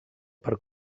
per